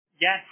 Yes